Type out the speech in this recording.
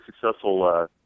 successful